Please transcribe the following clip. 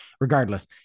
Regardless